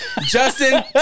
Justin